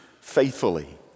faithfully